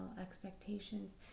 expectations